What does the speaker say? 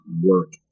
work